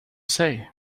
say